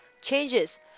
changes